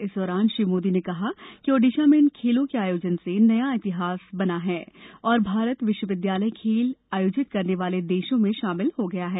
इस दौरान श्री मोदी ने कहा कि ओड़िशा में इन खेलों के आयोजन से नया इतिहास बना है और भारत विश्वविद्यालय खेल आयोजित करने वाले देशों में शामिल हो गया है